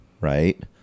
right